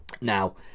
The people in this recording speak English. Now